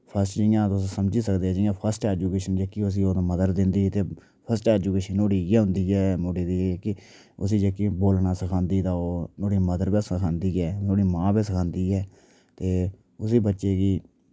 first जियां तुस समझी सकदे जियां फर्स्ट एजुकेशन जेह्की उस्सी ओह्दी मदर दिन्दी ते फर्स्ट एजुकेशन नोह्ड़ी इयै होंदी ऐ मुड़े दी कि उस्सी जेह्की बोलना सखांदी ते ओह् नोह्ड़ी मदर गै सखांदी ऐ नोह्ड़ी मां गै सखांदी ऐ ते उस्सी बच्चे गी